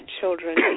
children